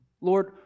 Lord